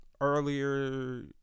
earlier